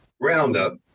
Roundup